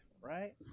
Right